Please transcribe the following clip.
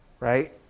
Right